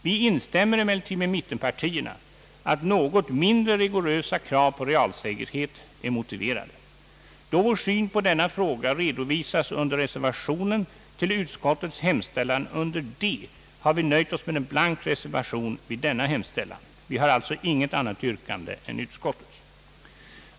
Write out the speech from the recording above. Vi instämmer emellertid i mittenpartiernas uppfattning att något mindre rigorösa krav på realsäkerhet är motiverade. Då vår syn på denna fråga redovisas i reservationen till utskottets hemställan under D, har vi nöjt oss med en blank reservation vid denna hemställan under C. Vi har alltså inget annat yrkande än utskottets.